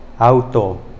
Auto